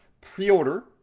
pre-order